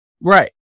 right